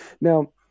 Now